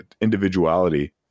individuality